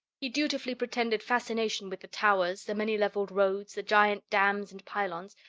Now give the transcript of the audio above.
he dutifully pretended fascination with the towers, the many-leveled roads, the giant dams and pylons,